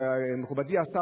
מכובדי השר,